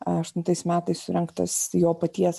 aštuntais metais surengtas jo paties